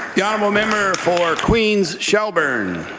the honourable member for queens-shelburne.